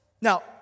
Now